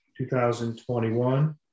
2021